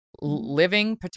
living